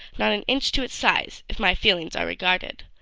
not an inch to its size, if my feelings are regarded.